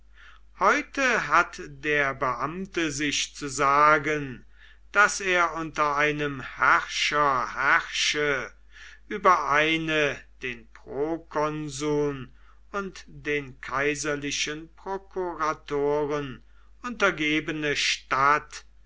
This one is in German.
heute hat der beamte sich zu sagen daß er unter einem herrscher herrsche über eine den prokonsuln und den kaiserlichen prokuratoren untergebene stadt